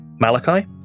malachi